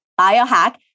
biohack